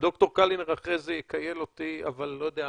ד"ר קלינר אחרי זה יכייל אותי, אבל 50,